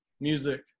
music